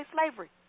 slavery